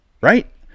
right